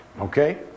Okay